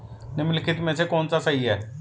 निम्नलिखित में से कौन सा सही है?